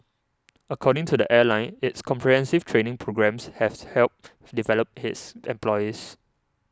according to the airline its comprehensive training programmes have helped develop its employees